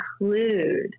include